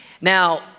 Now